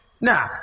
Now